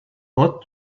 what